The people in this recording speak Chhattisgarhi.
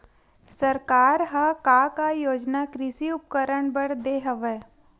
सरकार ह का का योजना कृषि उपकरण बर दे हवय?